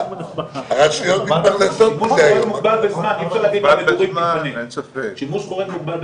לתחום שהוא שלם תכנונית אז כולו נמצא ולא יכול להיות מצב ששכונה נניח